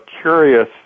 curious